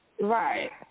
Right